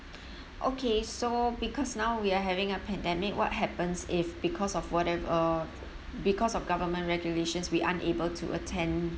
okay so because now we are having a pandemic what happens if because of whatev~ uh because of government regulations we aren't able to attend